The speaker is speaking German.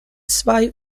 zwei